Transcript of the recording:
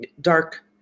dark